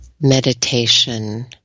Meditation